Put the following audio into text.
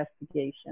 investigation